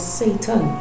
satan